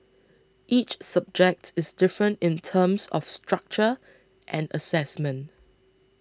each subject is different in terms of structure and assessment